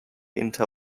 inter